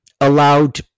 allowed